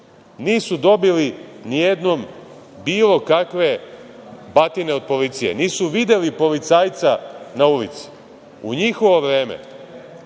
nisu dobili ni jednom bilo kakve batine od policije, nisu videli policajca na ulici. U njihovo vreme